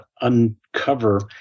uncover